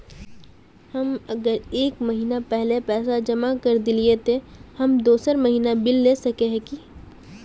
हम अगर एक महीना पहले पैसा जमा कर देलिये ते हम दोसर महीना बिल ला सके है की?